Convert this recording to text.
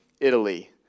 Italy